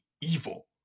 evil